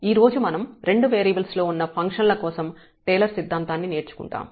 ఈరోజు మనం రెండు వేరియబుల్స్ లో ఉన్న ఫంక్షన్ల కోసం టేలర్ సిద్ధాంతాన్ని నేర్చుకుంటాము